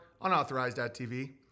unauthorized.tv